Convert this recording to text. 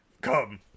come